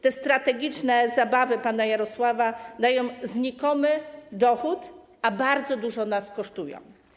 Te strategiczne zabawy pana Jarosława dają znikomy dochód, a bardzo dużo nas kosztują.